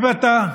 אם אתה,